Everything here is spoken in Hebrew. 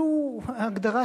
הוא היה כבד פה, חד-משמעי.